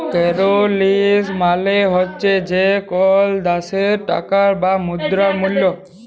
currency মালে হছে যে কল দ্যাশের টাকার বা মুদ্রার মূল্য